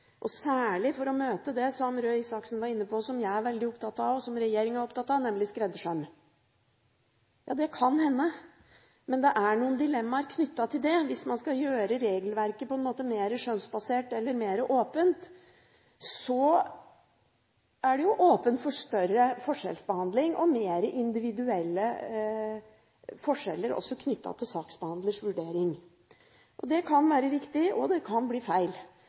og særlig for å møte det som Røe Isaksen var inne på, og som jeg er veldig opptatt av, og som regjeringen er opptatt av, nemlig skreddersøm? Ja, det kan hende. Men det er noen dilemmaer knyttet til å gjøre regelverket mer skjønnsbasert eller mer åpent, for da er det åpent for større forskjellsbehandling og mer individuelle forskjeller også knyttet til saksbehandlers vurdering. Det kan være riktig, og det kan bli feil.